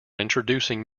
introducing